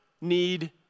need